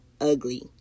ugly